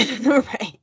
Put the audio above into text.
Right